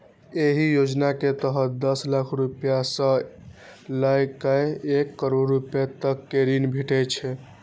एहि योजना के तहत दस लाख रुपैया सं लए कए एक करोड़ रुपैया तक के ऋण भेटै छै